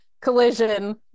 Collision